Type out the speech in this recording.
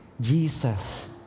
Jesus